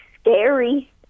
scary